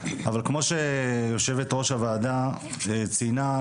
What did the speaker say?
אבל כמו שיושבת ראש הוועדה ציינה,